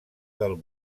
del